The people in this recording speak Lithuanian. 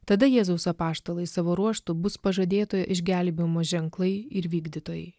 tada jėzaus apaštalai savo ruožtu bus pažadėtojo išgelbėjimo ženklai ir vykdytojai